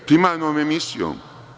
Primarnom emisijom.